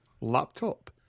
laptop